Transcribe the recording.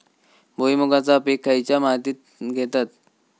भुईमुगाचा पीक खयच्या मातीत घेतत?